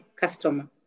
customer